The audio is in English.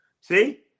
See